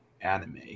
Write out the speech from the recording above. anime